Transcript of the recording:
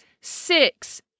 six